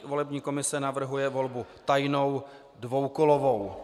Volební komise navrhuje volbu tajnou dvoukolovou.